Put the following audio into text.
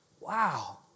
Wow